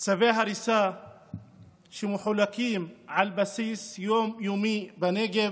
צווי הריסה שמחולקים על בסיס יום-יומי בנגב,